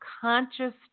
conscious